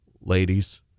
ladies